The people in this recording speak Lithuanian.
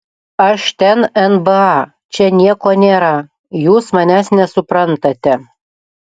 aš ten nba čia nieko nėra jūs manęs nesuprantate